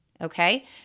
Okay